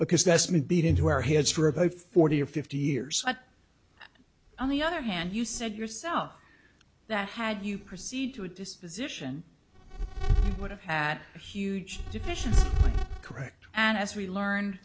because that's been beat into our heads for about forty or fifty years on the other hand you said yourself that had you proceed to a disposition it would have had a huge deficiency correct and as we learn